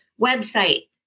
website